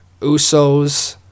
USOs